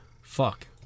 Fuck